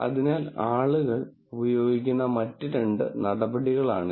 അതിനാൽ ആളുകൾ ഉപയോഗിക്കുന്ന മറ്റ് രണ്ട് നടപടികളാണിത്